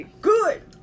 good